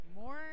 more